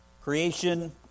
creation